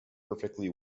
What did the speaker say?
perfectly